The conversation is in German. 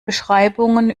beschreibungen